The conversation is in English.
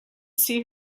see